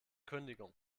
kündigung